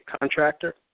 contractor